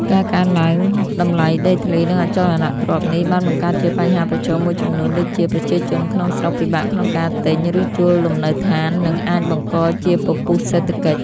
ការកើនឡើងតម្លៃដីធ្លី និងអចលនទ្រព្យនេះ បានបង្កើតជាបញ្ហាប្រឈមមួយចំនួនដូចជា ប្រជាជនក្នុងស្រុកពិបាកក្នុងការទិញ ឬជួលលំនៅឋាន និង អាចបង្កជាពពុះសេដ្ឋកិច្ច។